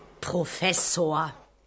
Professor